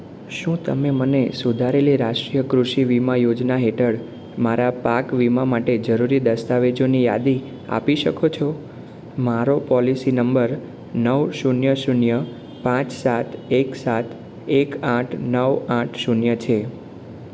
શું તમે મને સુધારેલી રાષ્ટ્રીય કૃષિ વીમા યોજના હેઠળ મારા પાક વીમા માટે જરૂરી દસ્તાવેજોની યાદી આપી શકો છો મારો પોલિસી નંબર નવ શૂન્ય શૂન્ય પાંચ સાત એક સાત એક આઠ નવ આઠ શૂન્ય છે